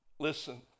Listen